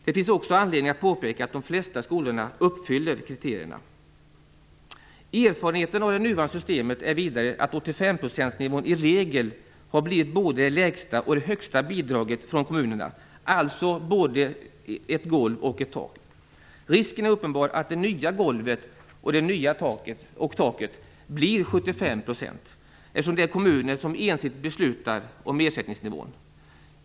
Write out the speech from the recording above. Det finns också anledning att påpeka att de flesta skolorna uppfyller kriterierna. Erfarenheten av det nuvarande systemet är vidare att 85-procentsnivån i regel har blivit både det lägsta och det högsta bidraget från kommunerna - alltså både ett golv och ett tak. Risken är uppenbar att det nya golvet och taket blir 75 %, eftersom det är kommunen som ensidigt beslutar om ersättningsnivån.